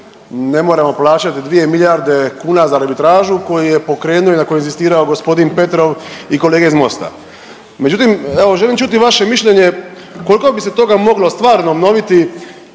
ne moramo plaćati 2 milijarde kuna za arbitražu koju je pokrenu i na kojoj je inzistirao gospodin Petrov i kolege iz MOST-a. Međutim, evo želim čuti vaše mišljenje koliko bi se toga moglo stvarno obnoviti